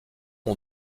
ont